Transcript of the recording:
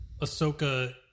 Ahsoka